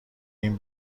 این